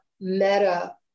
meta